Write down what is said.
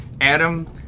Adam